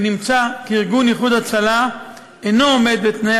ונמצא כי ארגון ”איחוד הצלה” אינו עומד בתנאי